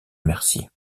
mercier